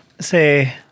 say